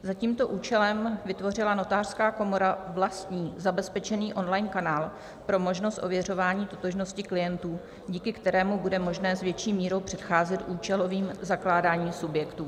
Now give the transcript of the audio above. Za tímto účelem vytvořila Notářská komora vlastní zabezpečený online kanál pro možnost ověřování totožnosti klientů, díky kterému bude možné s větší mírou předcházet účelovým zakládáním subjektů.